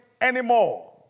anymore